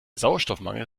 sauerstoffmangel